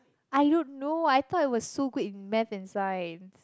I don't know I thought I was so good in math and Science